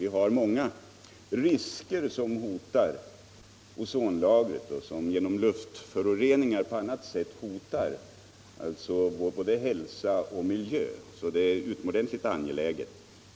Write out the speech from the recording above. Det är många risker som hotar ozonlagret, det är många risker som genom luftföroreningar hotar både vår hälsa och vår miljö.